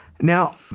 Now